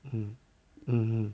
嗯嗯嗯